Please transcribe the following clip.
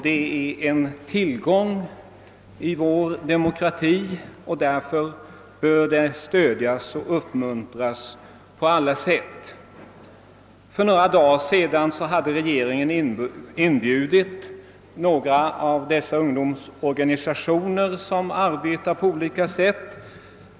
Det är en tillgång i vår demokrati. Därför bör det stödjas och uppmuntras på alla sätt. För några dagar sedan hade regeringen inbjudit några av dessa ungdomsorganisationer som arbetar på olika sätt.